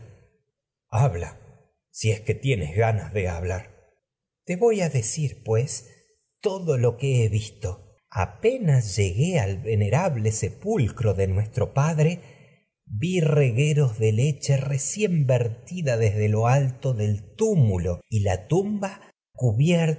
habla blar si es que tienes ganas de ha crisótemis te visto voy a decir pues todo lo que he apenas llegué al venerable sepulcro de nuestro padre vi regueros de leche recién vertida desde lo alto del tiimulo todas de y la tumba cubierta